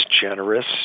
generous